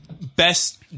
best